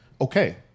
Okay